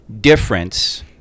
difference